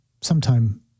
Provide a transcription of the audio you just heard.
sometime